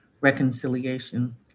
reconciliation